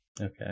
Okay